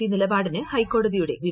E നിലപാടിന് ഹൈക്കോടതിയുടെ വിമർശനം